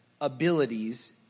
abilities